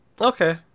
Okay